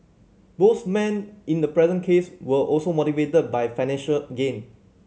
both men in the present case were also motivated by financial gain